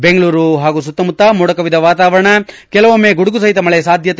ಬೆಂಗಳೂರು ಹಾಗೂ ಸುತ್ತಮುತ್ತ ಮೋಡಕವಿದ ವಾತಾವರಣ ಕೆಲವೊಮ್ನೆ ಗುಡುಗು ಸಹಿತ ಮಳೆ ಸಾಧ್ಯತೆ